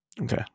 Okay